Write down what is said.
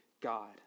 God